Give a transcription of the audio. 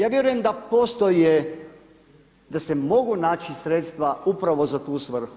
Ja vjerujem da postoje, da se mogu naći sredstva upravo za tu srhu.